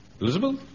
Elizabeth